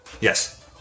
Yes